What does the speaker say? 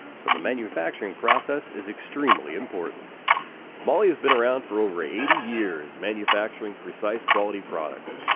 so the manufacturing process is extremely important mahle has been around for over eighty years, manufacturing precise, quality products.